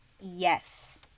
Yes